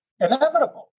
inevitable